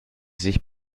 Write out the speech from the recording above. sich